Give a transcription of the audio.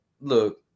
look